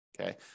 okay